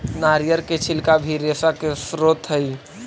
नरियर के छिलका भी रेशा के स्रोत हई